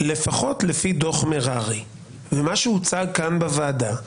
לפחות לפי דוח מררי, ומה שהוצג כאן בוועדה,